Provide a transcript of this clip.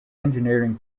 engineering